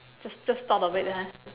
just just thought of it ha